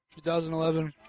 2011